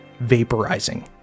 vaporizing